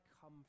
come